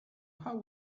how